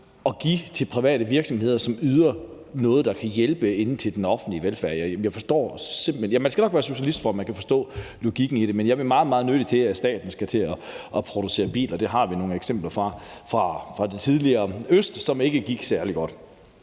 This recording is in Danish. at give de private virksomheder, som yder noget, der kan hjælpe til den offentlige velfærd, forstår jeg simpelt hen ikke. Ja, man skal nok være socialist, for at man kan forstå logikken i det. Men jeg ville meget, meget nødig have, at staten skal til at producere biler; der har vi nogle eksempler fra det tidligere øst, hvor det ikke gik særlig godt.